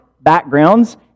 backgrounds